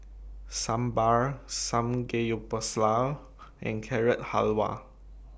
Sambar Samgeyopsal and Carrot Halwa